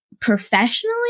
professionally